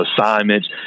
assignments